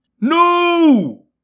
No